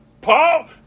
Paul